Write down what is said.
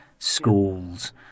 schools